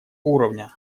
уровня